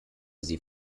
sie